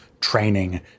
training